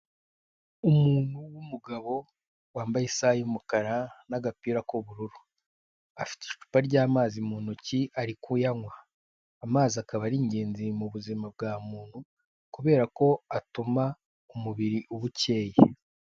Umuntu w'umugabo wambaye isaha y'umukara n'agapira k'ubururu, afite icupa ry'amazi mu ntoki ari kuyanywa. Amazi akaba ari ingenzi mu buzima bwa muntu kubera ko atuma umubiri uba ukeye.